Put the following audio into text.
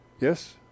Yes